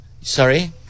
Sorry